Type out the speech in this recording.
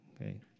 Okay